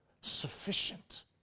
sufficient